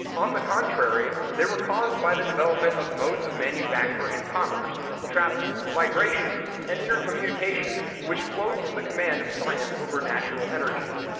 on the contrary, they were caused by the development of modes of manufacture and commerce, travel, migration, and intercommunication which flowed from the command of science over natural energy.